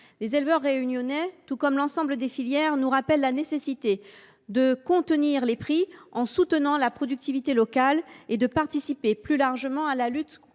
Les éleveurs réunionnais, tout comme l’ensemble des filières, nous rappellent la nécessité de contenir les prix en soutenant la productivité locale et de participer plus largement à la lutte